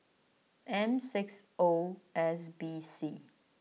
M six O S B C